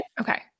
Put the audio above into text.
Okay